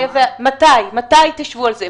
מתי תשבו על זה?